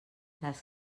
les